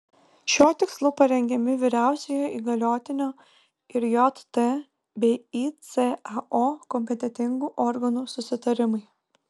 šiuo tikslu parengiami vyriausiojo įgaliotinio ir jt bei icao kompetentingų organų susitarimai